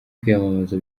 kwiyamamaza